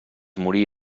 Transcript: morí